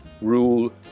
rule